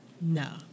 No